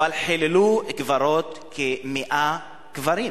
אבל חיללו כ-100 קברים,